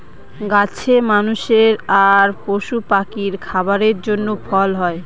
গাছে মানুষের আর পশু পাখির খাবারের জন্য ফল হয়